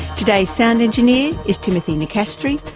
today's sound engineer is timothy nicastri.